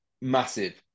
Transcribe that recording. Massive